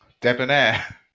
Debonair